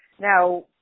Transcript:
Now